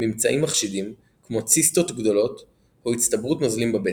ממצאים מחשידים כמו ציסטות גדולות או הצטברות נוזלים בבטן.